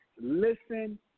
Listen